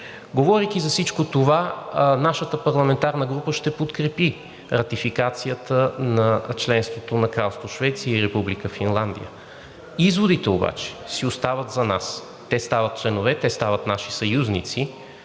Говорейки за всичко това, нашата парламентарна група ще подкрепи Ратификацията на членството на Кралство Швеция и Република Финландия. Изводите обаче си остават за нас. Те стават членове, те стават наши съюзници,